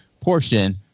portion